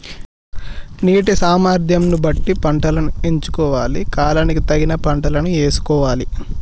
నీటి సామర్థ్యం ను బట్టి పంటలను ఎంచుకోవాలి, కాలానికి తగిన పంటలను యేసుకోవాలె